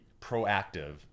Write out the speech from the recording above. proactive